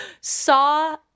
saw